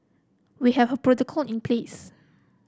we have a protocol in place